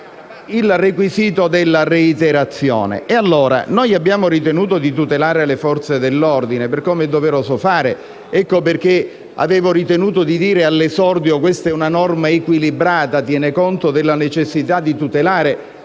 del senatore Caliendo).* Noi abbiamo ritenuto di tutelare le Forze dell'ordine, come è doveroso fare; per questo avevo ritenuto di dire all'esordio che questa è una norma equilibrata, che tiene conto della necessità di tutelare